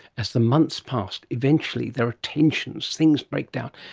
as the months pass eventually there are tensions, things break down,